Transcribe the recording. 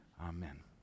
Amen